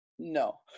No